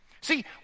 See